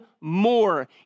more